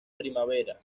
primavera